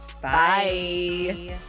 bye